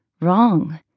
wrong